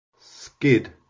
skid